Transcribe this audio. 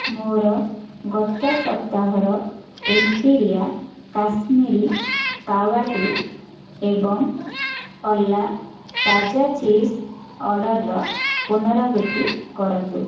ମୋର ଗତ ସପ୍ତାହର ଏମ୍ପିରିଆ କାଶ୍ମିରୀ କାୱା ଟି ଏବଂ ଅର୍ଲା ତାଜା ଚିଜ୍ ଅର୍ଡ଼ର୍ର ପୁନରାବୃତ୍ତି କରନ୍ତୁ